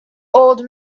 old